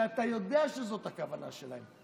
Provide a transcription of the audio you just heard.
יודע שזאת הכוונה שלהם.